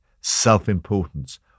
self-importance